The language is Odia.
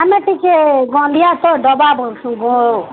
ଆମେ ଟିକେ ଗନ୍ଧିଆ ତ ଡବା ଭରୁଛୁ ହୋ